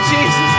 Jesus